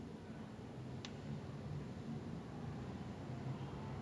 because the entire the people in teck whye are really nice lah they are they are really welcoming